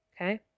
Okay